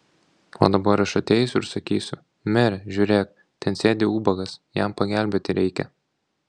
o dabar aš ateisiu ir sakysiu mere žiūrėk ten sėdi ubagas jam pagelbėti reikia